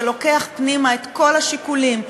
שלוקח פנימה את כל השיקולים,